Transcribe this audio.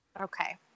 Okay